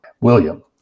William